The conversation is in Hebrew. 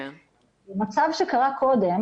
מצב שקרה קודם,